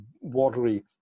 watery